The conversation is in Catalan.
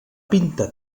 pintar